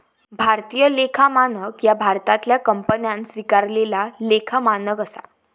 भारतीय लेखा मानक ह्या भारतातल्या कंपन्यांन स्वीकारलेला लेखा मानक असा